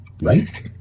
Right